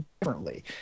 differently